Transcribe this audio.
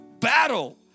battle